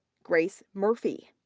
grace murphy.